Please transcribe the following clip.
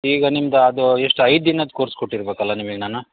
ಈಗ ನಿಮ್ದು ಅದು ಎಷ್ಟು ಐದು ದಿನದ ಕೋರ್ಸ್ ಕೊಟ್ಟಿರಬೇಕಲ್ಲ ನಿಮಗೆ ನಾನು